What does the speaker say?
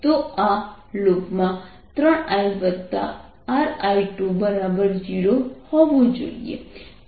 તો આ લૂપમાં 3IRI20 હોવું જોઈએ